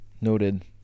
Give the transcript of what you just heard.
noted